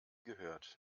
gehört